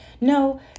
no